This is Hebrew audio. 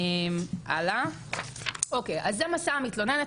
אז זה מסע המתלוננת,